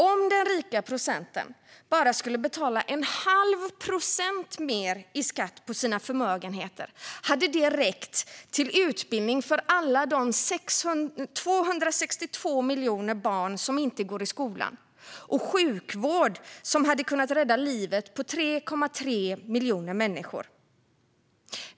Om den rika procenten bara skulle betala en halv procent mer i skatt på sina förmögenheter hade det räckt till utbildning för alla de 262 miljoner barn som inte går i skolan och till sjukvård som hade kunnat rädda livet på 3,3 miljoner människor.